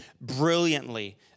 brilliantly